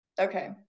okay